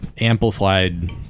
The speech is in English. amplified